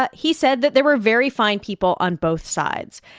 but he said that there were very fine people on both sides.